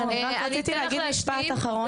נ.פ: רק רציתי להגיד משפט אחרון.